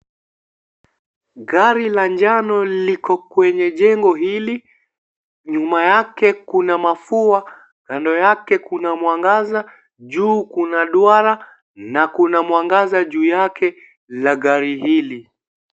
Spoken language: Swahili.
Gari la njano liko kwenye jengo hili nyuma yake kuna mafua kando yake kuna mwangaza juu kuna duara na kuna mwangaza juu yake la gari hili.